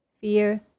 fear